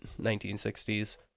1960s